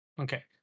Okay